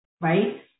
right